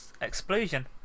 explosion